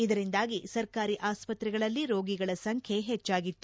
ಇದರಿಂದಾಗಿ ಸರ್ಕಾರಿ ಆಸ್ಪತ್ರೆಗಳಲ್ಲಿ ರೋಗಿಗಳ ಸಂಖ್ಯೆ ಹೆಚ್ಚಾಗಿತ್ತು